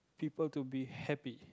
people to be happy